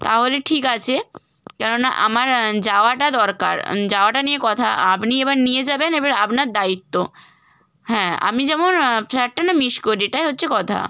তাহলে ঠিক আছে কেননা আমার যাওয়াটা দরকার যাওয়াটা নিয়ে কথা আপনি এবার নিয়ে যাবেন এবার আপনার দায়িত্ব হ্যাঁ আমি যেমন ফ্লাইটটা না মিস করি এটাই হচ্ছে কথা